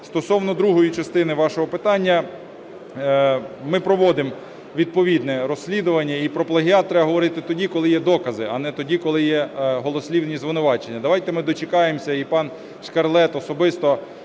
Стосовно другої частини вашого питання, ми проводимо відповідне розслідування, і про плагіат треба говорити тоді, коли є докази, а не тоді, коли є голослівні звинувачення. Давайте ми дочекаємося, і пан Шкарлет особисто